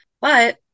But-